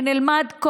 שנלמד,